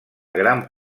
gran